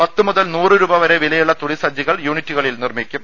പത്ത് മുതൽ നൂറ് രൂപ വരെ വിലയുള്ള തുണിസഞ്ചികൾ യൂണിറ്റുകളിൽ നിർമിക്കും